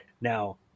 now